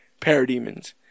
parademons